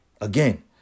Again